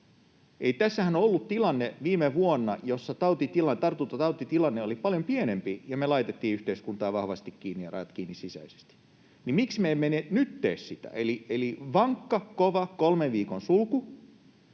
Kun tässähän on ollut viime vuonna tilanne, jossa tartuntatautitilanne oli paljon pienempi, ja me laitettiin yhteiskuntaa vahvasti kiinni ja rajat kiinni sisäisesti, niin miksi me emme nyt tee sitä? Eli vankka, kova kolmen viikon sulku,